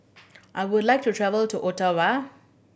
I would like to travel to Ottawa